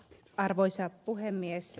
arvoisa puhemies